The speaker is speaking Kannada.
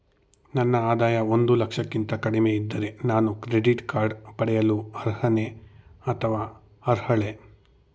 ನನ್ನ ಆದಾಯ ಒಂದು ಲಕ್ಷಕ್ಕಿಂತ ಕಡಿಮೆ ಇದ್ದರೆ ನಾನು ಕ್ರೆಡಿಟ್ ಕಾರ್ಡ್ ಪಡೆಯಲು ಅರ್ಹನೇ ಅಥವಾ ಅರ್ಹಳೆ?